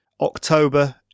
October